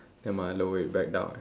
nevermind I lower it back down